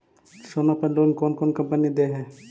सोना पर लोन कौन कौन कंपनी दे है?